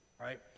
right